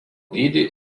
dydį